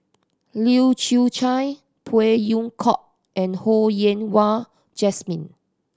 Leu Chew Chye Phey Yew Kok and Ho Yen Wah Jesmine